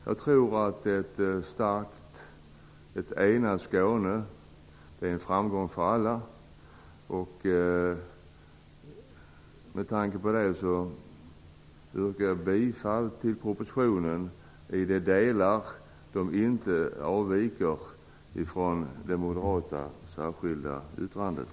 Jag tror att ett starkt, enat Skåne innebär en framgång för alla. Jag stöder propositionen i de delar som inte avviker från det moderata särskilda yttrandet.